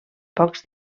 pocs